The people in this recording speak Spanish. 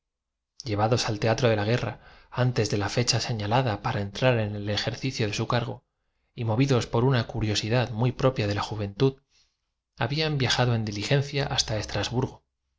llevados al teatro parte de la guerra antes de la fecha seña lada para entrar en el ejercicio de su cargo y movidos por una curio sidad muy propia la en juventud habían viajado en diligencia hasta estrasburgo